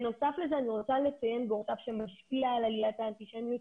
בנוסף לכך אני רוצה לציין שמה שמשפיע על עליית האנטישמיות,